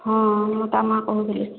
ହଁ ମୁଁ ତା ମା କହୁଥିଲି